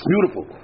Beautiful